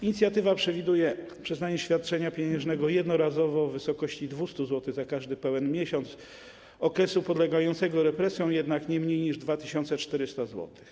Inicjatywa przewiduje przyznanie świadczenia pieniężnego jednorazowo w wysokości 200 zł za każdy pełen miesiąc okresu podlegającego represjom, jednak nie mniej niż 2400 zł.